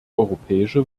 europäische